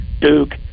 Duke